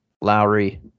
Lowry